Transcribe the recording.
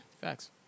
Facts